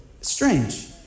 strange